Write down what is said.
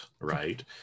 right